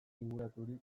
inguraturik